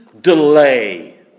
delay